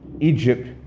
Egypt